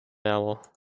hour